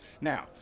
Now